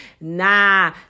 Nah